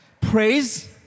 Praise